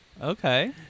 Okay